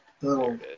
little